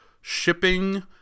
shipping